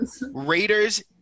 Raiders